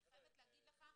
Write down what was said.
אני חייבת להגיד לך,